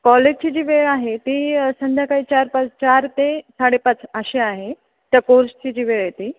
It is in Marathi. कॉलेजची जी वेळ आहे ती संध्याकाळी चार पाच चार ते साडेपाच अशी आहे त्या कोर्सची जी वेळ आहे ती